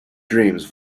dreams